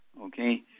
Okay